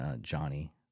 Johnny